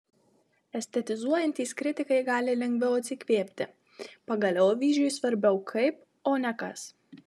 estetizuojantys kritikai gali lengviau atsikvėpti pagaliau avyžiui svarbiau kaip o ne kas